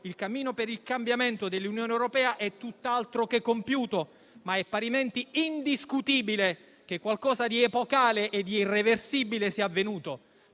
il cammino per il cambiamento dell'Unione europea sia tutt'altro che compiuto. È, però, parimenti indiscutibile che qualcosa di epocale e di irreversibile sia avvenuto: